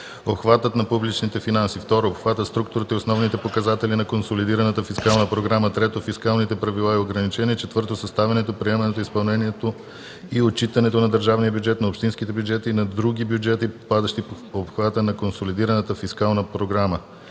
обхватът на публичните финанси; 2. обхватът, структурата и основните показатели на консолидираната фискална програма; 3. фискалните правила и ограничения; 4. съставянето, приемането, изпълнението и отчитането на държавния бюджет, на общинските бюджети и на други бюджети, попадащи в обхвата на консолидираната фискална програма;